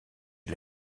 est